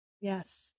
Yes